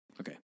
okay